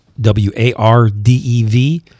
w-a-r-d-e-v